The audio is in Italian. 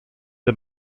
the